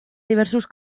diversos